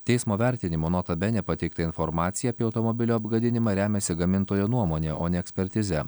teismo vertinimu nota bene pateikta informacija apie automobilio apgadinimą remiasi gamintojo nuomone o ne ekspertize